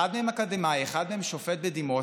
אחד מהם אקדמאי, אחד מהם שופט בדימוס,